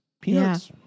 Peanuts